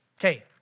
Okay